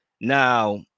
Now